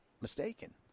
mistaken